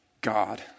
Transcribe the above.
God